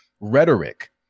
rhetoric